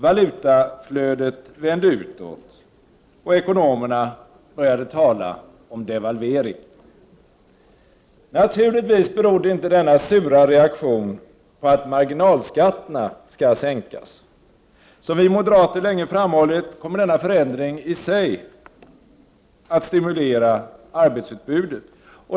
Valutaflödet vände utåt, och ekonomerna började tala om devalvering. Naturligtvis berodde inte denna sura reaktion på att marginalskatterna skall sänkas. Som vi moderater länge har framhållit, kommer denna förändring i sig att stimulera arbetsutbudet.